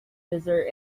desert